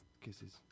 Kisses